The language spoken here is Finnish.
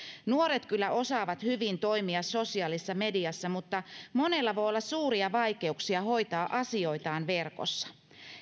nuoret kyllä osaavat hyvin toimia sosiaalisessa mediassa mutta monella voi olla suuria vaikeuksia hoitaa asioitaan verkossa